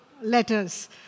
letters